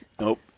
Nope